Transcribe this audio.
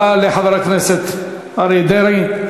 תודה לחבר הכנסת אריה דרעי,